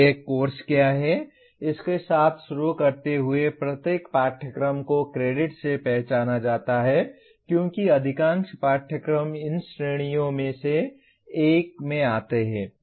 एक कोर्स क्या है इसके साथ शुरू करते हुए प्रत्येक पाठ्यक्रम को क्रेडिट से पहचाना जाता है क्योंकि अधिकांश पाठ्यक्रम इन श्रेणियों में से एक में आते हैं